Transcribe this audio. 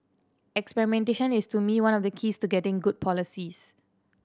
experimentation is to me one of the keys to getting good policies